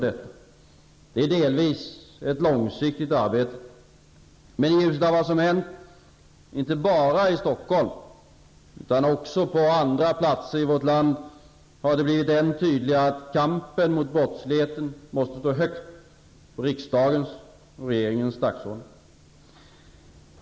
Det är delvis ett långsiktigt arbete, men i ljuset av vad som hänt -- inte bara i Stockholm utan också på andra platser i vårt land -- har det blivit än tydligare att kampen mot brottsligheten måste stå högt på riksdagens och regeringens dagordning.